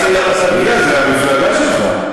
אני יודע, זאת המפלגה שלך.